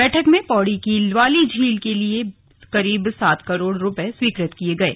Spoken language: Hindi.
बैठक में पौड़ी की ल्वाली झील के लिए करीब सात करोड़ रुपये स्वीकृत किये गये